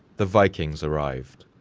the vikings arrived.